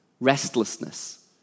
Restlessness